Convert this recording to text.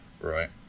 Right